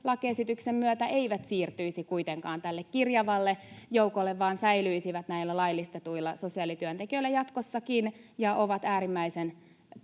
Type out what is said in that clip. lakiesityksen myötä eivät siirtyisi kuitenkaan tälle kirjavalle joukolle vaan säilyisivät näillä laillistetuilla sosiaalityöntekijöillä jatkossakin. Ja ne ovat äärimmäisen